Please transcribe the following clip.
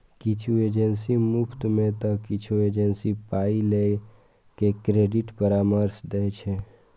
किछु एजेंसी मुफ्त मे तं किछु एजेंसी पाइ लए के क्रेडिट परामर्श दै छै